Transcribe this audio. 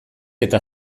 eta